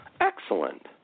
Excellent